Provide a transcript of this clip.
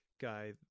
guy